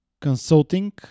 consulting